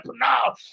now